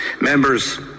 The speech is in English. Members